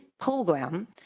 program